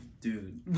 dude